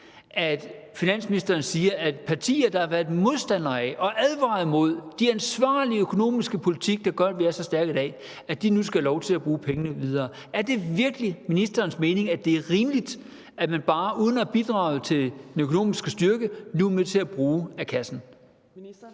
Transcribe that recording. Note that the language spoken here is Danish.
at finansministeren siger, at de partier, der har været modstandere af og advaret imod den ansvarlige økonomiske politik, der gør, at vi er så stærke i dag, nu skal have lov til at bruge pengene videre. Er det virkelig ministerens mening, at det er rimeligt, at man uden at bidrage til den økonomiske styrke nu bare er med til at bruge af kassen?